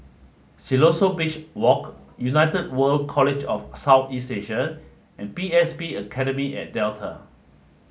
Siloso Beach Walk United World College of South East Asia and P S B Academy at Delta